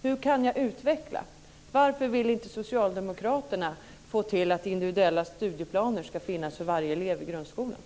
Hur kan jag som elev utvecklas?